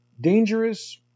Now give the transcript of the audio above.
dangerous